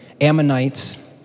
Ammonites